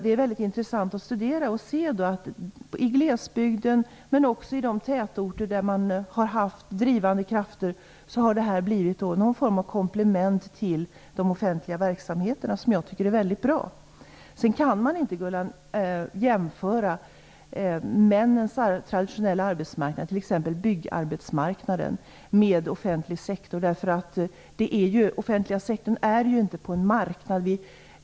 Det är väldigt intressant att studera dem. Då ser man att i glesbygden, men också i de tätorter där man har haft drivande krafter, har kooperativen blivit någon form av komplement till den offentliga verksamheten, som jag tycker är väldigt bra. Man kan inte, Gullan Lindblad, jämföra männens traditionella arbetsmarknad, t.ex. byggarbetsmarknaden, med offentlig sektor. Den är ju inte på en marknad.